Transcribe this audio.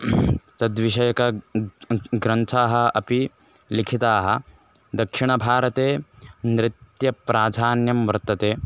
तद्विषयक ग्रन्थाः अपि लिखिताः दक्षिणभारते नृत्यप्राधान्यं वर्तते